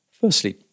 Firstly